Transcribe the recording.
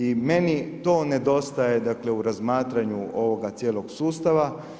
I meni to nedostaje dakle, u razmatranju ovoga cijeloga sustava.